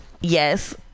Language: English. yes